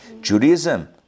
Judaism